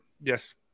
Yes